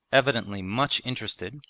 evidently much interested,